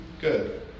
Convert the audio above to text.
Good